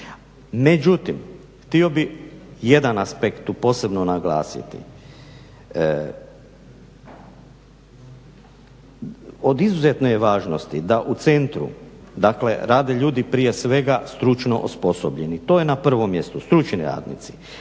Međutim, htio bih jedan aspekt tu posebno naglasiti. Od izuzetne je važnosti da u centru rade ljudi prije svega stručno osposobljeni. To je na prvom mjestu, stručni radnici